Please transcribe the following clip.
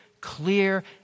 clear